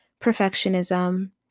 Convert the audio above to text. perfectionism